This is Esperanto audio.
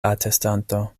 atestanto